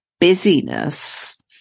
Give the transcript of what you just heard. busyness